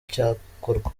cyakorwa